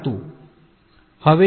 તેથી આ પાથ 1 અને પાથ 3 માટે હતું